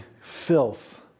filth